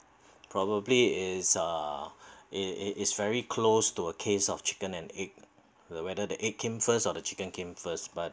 probably it's uh it is is very close to a case of chicken and egg the whether the egg came first the chicken came first but